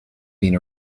been